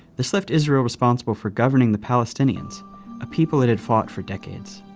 this left israel responsible for governing the palestinians a people it had fought for decades.